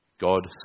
God